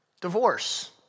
divorce